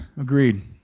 Agreed